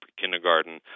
kindergarten